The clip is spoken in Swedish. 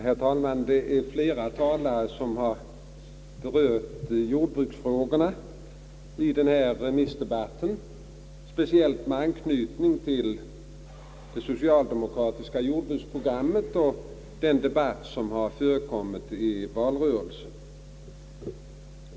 Herr talman! Flera talare i denna remissdebatt har berört jordbruksfrågorna, speciellt då med anknytning till det socialdemokratiska jordbruksprogrammet och den debatt som har förekommit i valrörelsen.